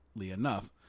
enough